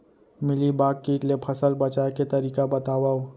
Mealybug किट ले फसल बचाए के तरीका बतावव?